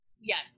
Yes